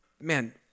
man